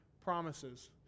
promises